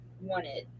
wanted